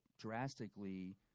drastically